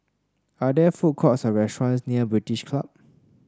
are there food courts or restaurants near British Club